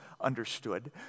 understood